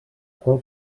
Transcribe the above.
qual